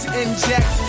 inject